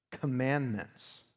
Commandments